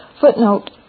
Footnote